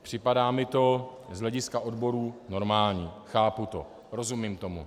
Připadá mi to z hlediska odborů normální, chápu to, rozumím tomu.